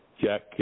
Jack